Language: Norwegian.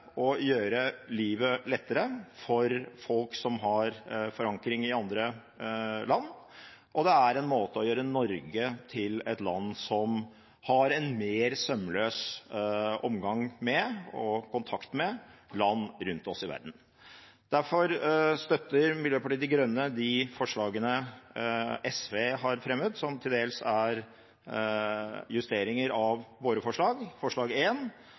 gjøre livet lettere på for folk som har forankring i andre land, og det er en måte å gjøre Norge til et land som har en mer sømløs omgang med og kontakt med land rundt oss i verden, på. Derfor støtter Miljøpartiet De Grønne de forslagene SV har fremmet, som til dels er justeringer av våre forslag, bl.a. det som nå er endret til forslag